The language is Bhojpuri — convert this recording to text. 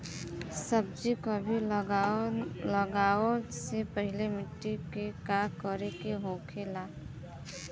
सब्जी कभी लगाओ से पहले मिट्टी के का करे के होखे ला?